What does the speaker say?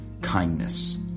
kindness